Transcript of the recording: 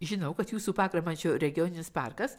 žinau kad jūsų pagramančio regioninis parkas